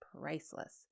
priceless